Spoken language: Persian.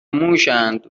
موشاند